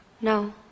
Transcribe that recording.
No